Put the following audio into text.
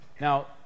Now